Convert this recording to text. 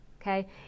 okay